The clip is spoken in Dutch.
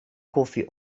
koffie